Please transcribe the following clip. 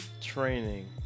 Training